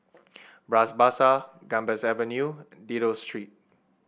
Bras Basah Gambas Avenue Dido Street